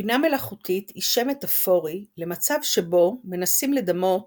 בינה מלאכותית היא שם מטאפורי למצב שבו מנסים לדמות